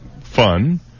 fun